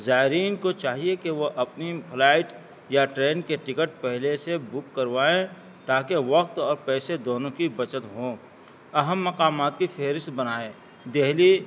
زائرین کو چاہیے کہ وہ اپنی فلائٹ یا ٹرین کے ٹکٹ پہلے سے بک کروائیں تاکہ وقت اور پیسے دونوں کی بچت ہوں اہم مقامات کی فہرست بنائ دہلی